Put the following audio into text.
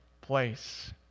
place